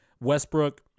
Westbrook